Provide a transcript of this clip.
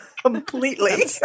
completely